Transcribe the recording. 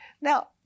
Now